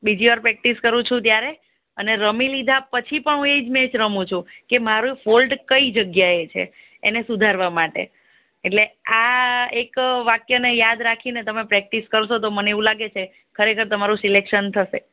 બીજી વાર પ્રેક્ટિસ કરું છું ત્યારે અને રમી લીધા પછી પણ હું એ જ મેચ રમુ છું કે મારુ ફોલ્ટ કઈ જગ્યા એ છે એને સુધારવા માટે એટલે આ એક વાક્યને યાદ રાખીને તમે પ્રેક્ટિસ કરશો તો મને એવું લાગે છે ખરેખર તમારું સિલેક્શન થશે